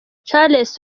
charles